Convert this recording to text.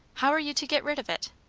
how are you to get rid of it?